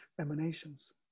emanations